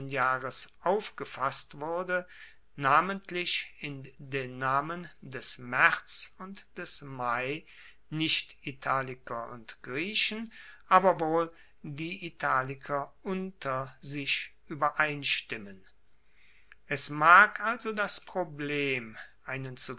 aufgefasst wurde namentlich in den namen des maerz und des mai nicht italiker und griechen aber wohl die italiker unter sich uebereinstimmen es mag also das problem einen